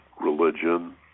religion